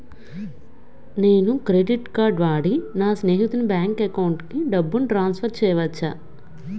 నేను credit card వాడి నా స్నేహితుని బ్యాంక్ అకౌంట్ కి డబ్బును ట్రాన్సఫర్ చేయచ్చా?